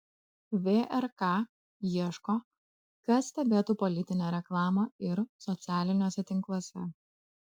vrk ieško kas stebėtų politinę reklamą ir socialiniuose tinkluose